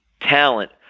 talent